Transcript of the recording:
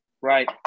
Right